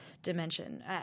dimension